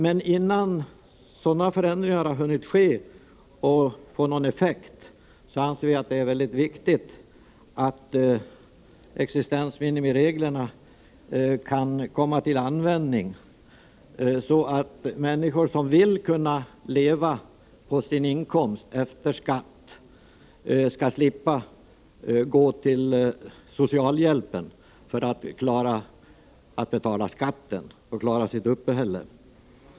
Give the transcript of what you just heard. Men innan sådana förändringar har hunnit ske och hunnit få någon effekt, anser vi att det är väldigt viktigt att existensminimireglerna kan tillämpas, så att människor som vill kunna leva på sin inkomst efter skatt skall slippa gå till socialhjälpen för att klara av att betala skatten och klara sitt uppehälle.